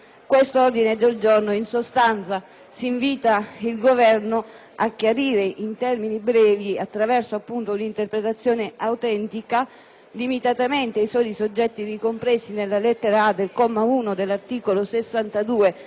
questo del giorno in sostanza si invita il Governo a chiarire in termini brevi, attraverso un'interpretazione autentica, limitatamente ai soli soggetti ricompresi nella lettera *a)* del comma 1 dell'articolo 62 della